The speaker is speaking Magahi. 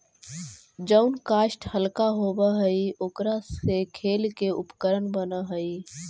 जउन काष्ठ हल्का होव हई, ओकरा से खेल के उपकरण बनऽ हई